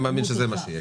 שזה סוג של מהלך נוסף,